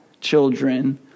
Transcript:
children